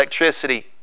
electricity